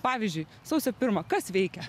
pavyzdžiui sausio pirmą kas veikia